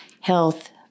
health